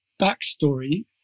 backstory